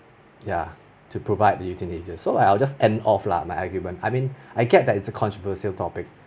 ya to provide the euthanasia so I will just end off lah my argument I mean I get it's a controversial topic um